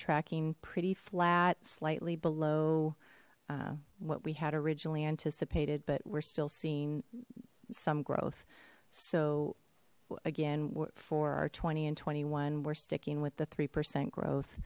tracking pretty flat slightly below what we had originally anticipated but we're still seeing some growth so again for our twenty and twenty one we're sticking with the three percent growth